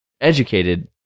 educated